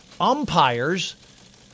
umpires